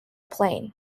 plane